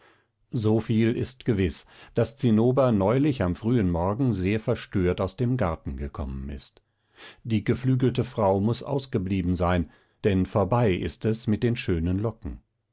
so viel ist gewiß daß zinnober neulich am frühen morgen sehr verstört aus dem garten gekommen ist die geflügelte frau muß ausgeblieben sein denn vorbei ist es mit den schönen locken